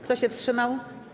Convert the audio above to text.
Kto się wstrzymał?